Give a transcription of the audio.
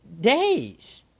days